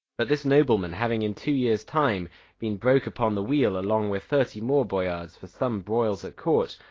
but this nobleman having in two years' time been broke upon the wheel along with thirty more boyards for some broils at court,